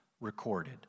recorded